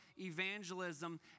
evangelism